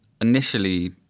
initially